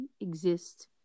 exist